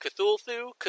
Cthulhu